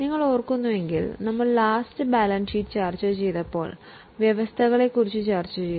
നിങ്ങൾ ഓർക്കുന്നുവെങ്കിൽ നമ്മൾ ബാലൻസ് ഷീറ്റ് ചർച്ചചെയ്യുമ്പോൾ പ്രൊവിഷൻ ചർച്ചചെയ്തു